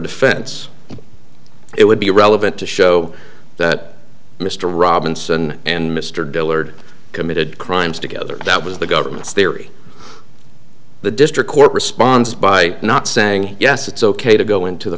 defense it would be relevant to show that mr robinson and mr dillard committed crimes together that was the government's theory the district court responds by not saying yes it's ok to go into the